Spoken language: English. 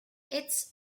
its